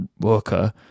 worker